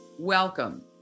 Welcome